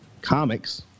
comics